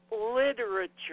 literature